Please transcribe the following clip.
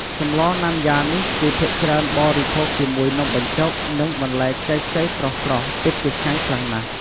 សម្លរណាំយ៉ានេះ គេភាគច្រើនបរិភោគជាមួយនំបញ្ចុក និងបន្លែខ្ចីៗស្រស់ៗ ពិតជាឆ្ងាញ់ខ្លាំងណាស់។